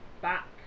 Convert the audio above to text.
back